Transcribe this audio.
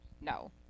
No